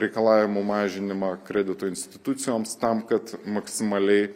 reikalavimų mažinimą kredito institucijoms tam kad maksimaliai